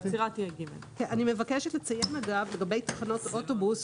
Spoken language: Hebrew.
אני מבקשת לציין לגבי תחנות אוטובוס,